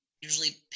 usually